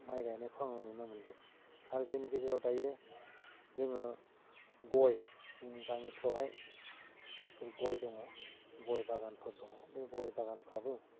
माइ गायनायखौ आं नुनो मोनदों आरो जोंनि गेजेराव दायो जोङो गय जोंनि गामिफ्रावहाय जिफोर गय दङ गय बागानफोर दङ बे गय बागानफ्राबो